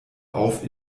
auf